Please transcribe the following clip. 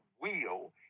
wheel